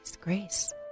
Grace